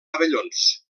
pavellons